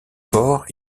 port